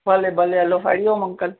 भले भले hello Hari Om uncle